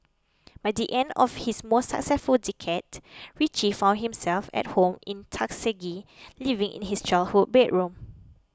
by the end of his most successful decade Richie found himself at home in Tuskegee living in his childhood bedroom